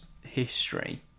history